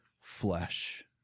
flesh